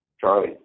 Charlie